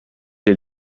les